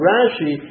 Rashi